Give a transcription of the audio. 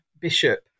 Bishop